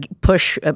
push